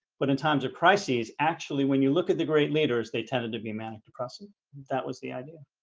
but in times of crises actually when you look at the great leaders they tended to be a manic-depressive that was the idea